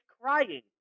crying